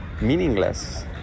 meaningless